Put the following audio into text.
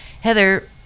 Heather